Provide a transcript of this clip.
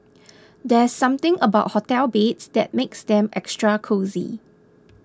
there's something about hotel beds that makes them extra cosy